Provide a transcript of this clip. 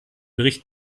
bericht